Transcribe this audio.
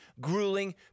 grueling